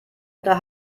oder